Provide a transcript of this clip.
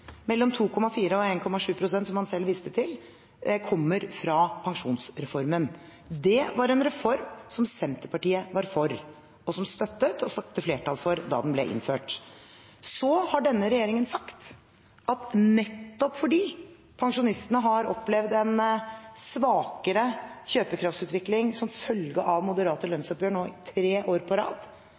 mellom 2,4 og 1,7 pst., som han selv viste til, kommer fra pensjonsreformen. Det var en reform som Senterpartiet var for, og som de støttet og søkte flertall for da den ble innført. Så har denne regjeringen sagt at nettopp fordi pensjonistene har opplevd en svakere kjøpekraftsutvikling som følge av moderate lønnsoppgjør nå i tre år på rad,